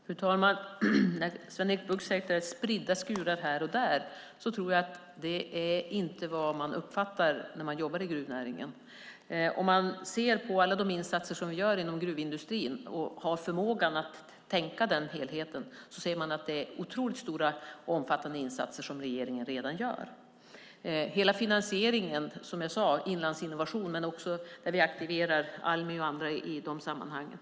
Fru talman! Sven-Erik Bucht säger att det är spridda skurar här och där, men jag tror inte att de som jobbar i gruvnäringen uppfattar det så. Om man ser på alla de insatser som vi gör inom gruvindustrin och har förmågan att tänka på den helheten inser man att det är otroligt stora och omfattande insatser som regeringen redan gör. Det är hela finansieringen, som jag sade, med Inlandsinnovation men också Almi som vi aktiverar i de sammanhangen.